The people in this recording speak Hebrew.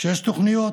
כשיש תוכניות,